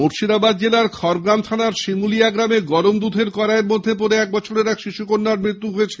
মুর্শিদাবাদ জেলার খড়গ্রাম থানার শিমুলিয়া গ্রামে গরম দুধের কড়াইয়ের মধ্যে পড়ে এক বছরের শিশুকন্যার মৃত্যু হয়েছে